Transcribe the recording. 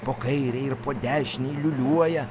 po kairei ir po dešinei liūliuoja